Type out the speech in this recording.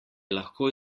lahko